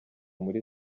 muri